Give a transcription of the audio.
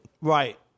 Right